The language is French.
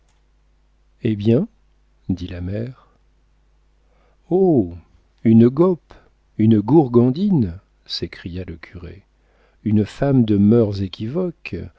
hé bien dit la mère oh une gaupe une gourgandine s'écria le curé une femme de mœurs équivoques